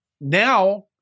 now